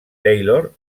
taylor